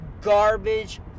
garbage